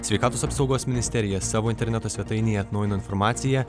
sveikatos apsaugos ministerija savo interneto svetainėje atnaujino informaciją